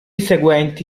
seguenti